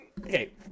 okay